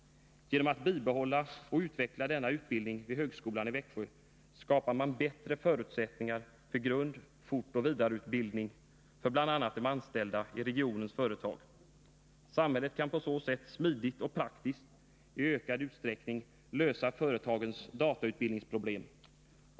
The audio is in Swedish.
Genom att bibehålla och utveckla denna vid högskolan i Växjö skapar man bättre förutsättningar för grund-, fortoch vidareutbildning för bl.a. de anställda i regionens företag. Samhället kan på detta sätt smidigt och praktiskt i ökad utsträckning lösa företagens datautbildningsproblem.